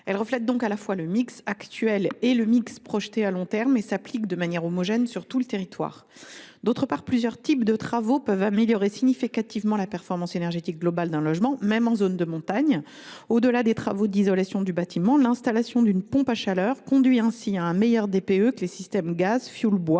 Elle reflète donc à la fois le mix actuel et le mix projeté à long terme et s’applique de manière homogène sur tout le territoire. Par ailleurs, plusieurs types de travaux peuvent améliorer significativement la performance énergétique globale d’un logement, même en zone de montagne. Au delà des travaux d’isolation du bâtiment, l’installation d’une pompe à chaleur conduit ainsi à un meilleur DPE que les systèmes gaz, fioul et bois